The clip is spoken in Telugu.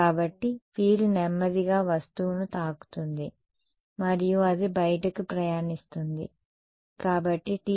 కాబట్టి ఫీల్డ్ నెమ్మదిగా వస్తువును తాకుతుంది మరియు అది బయటికి ప్రయాణిస్తుంది